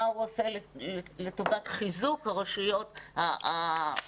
מה הוא עושה לטובת חיזוק הרשויות המוחלשות,